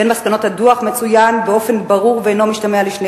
בין מסקנות הדוח מצוין באופן ברור ואינו משתמע לשתי